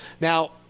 Now